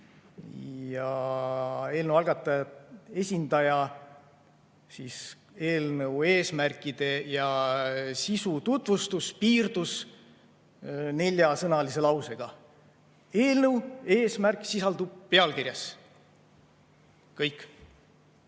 Eelnõu algataja esindaja piirdus eelnõu eesmärkide ja sisu tutvustamisel neljasõnalise lausega: "Eelnõu eesmärk sisaldub pealkirjas." Kõik.